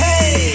Hey